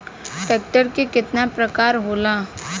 Tractor के केतना प्रकार होला?